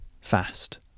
fast